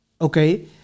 Okay